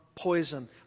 Poison